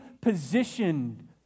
positioned